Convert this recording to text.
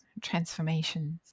transformations